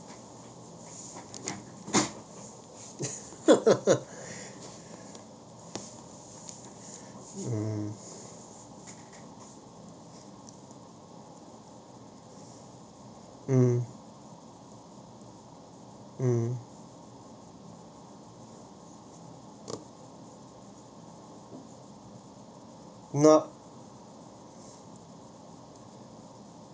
um uh uh not